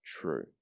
true